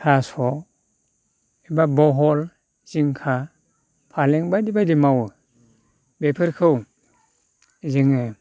थास' एबा बहल जिंखा फालें बायदि बायदि मावो बेफोरखौ जोङो